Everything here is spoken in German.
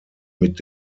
mit